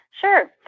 Sure